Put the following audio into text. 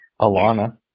Alana